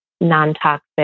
non-toxic